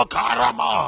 Karama